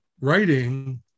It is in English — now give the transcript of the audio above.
writing